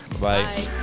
Bye